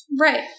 Right